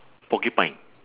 porcupine